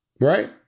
right